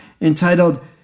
entitled